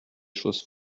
choses